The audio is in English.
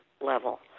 level